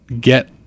get